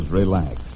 relax